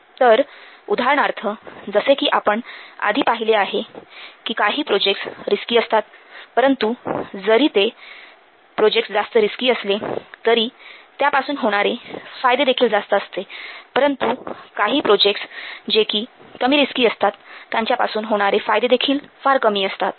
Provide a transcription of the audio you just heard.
तर उदाहरणार्थ जसे कि आपण आधी पहिले आहे काही प्रोजेक्टस रिस्की असतात परंतु जरी ते जरी ते प्रोजेक्टस जास्त रिस्की असले तरी त्यापासून होणारे फायदे देखील जास्त असते परंतु काही प्रोजेक्टस जे कि कमी रिस्की असतात त्यांच्यापासून होणारे फायदे देखील फार कमी असतात